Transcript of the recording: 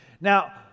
Now